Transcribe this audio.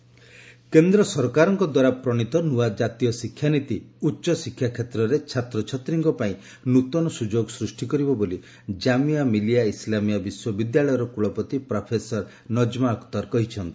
ଜାତୀୟ ଶିକ୍ଷାନୀତି କେନ୍ଦ୍ର ସରକାରଙ୍କଦ୍ୱାରା ପ୍ରଣୀତ ନୂଆ ଜାତୀୟ ଶିକ୍ଷାନୀତି ଉଚ୍ଚଶିକ୍ଷା କ୍ଷେତ୍ରରେ ଛାତ୍ରଛାତ୍ରୀଙ୍କ ପାଇଁ ନୃତନ ସୁଯୋଗ ସୃଷ୍ଟି କରିବ ବୋଲି ଜାମିଆ ମିଲିଆ ଇସ୍ଲାମିଆ ବିଶ୍ୱବିଦ୍ୟାଳୟର କୁଳପତି ପ୍ରଫେସର ନକ୍ମା ଅଖ୍ତର୍ କହିଛନ୍ତି